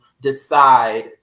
decide